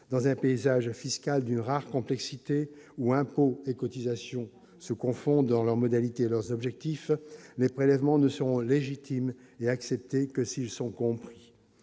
dans un paysage à fiscal d'une rare complexité ou impôts et cotisations se confondent dans leurs modalités leurs objectifs, les prélèvements ne seront légitimes et accepter que s'ils sont compris